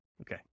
Okay